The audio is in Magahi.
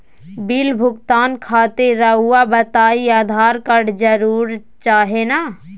बिल भुगतान खातिर रहुआ बताइं आधार कार्ड जरूर चाहे ना?